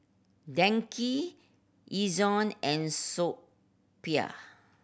DNKY Ezion and So Pho